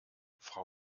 frau